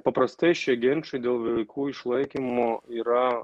paprastai šie ginčai dėl vaikų išlaikymo yra